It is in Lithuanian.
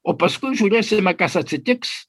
o paskui žiūrėsime kas atsitiks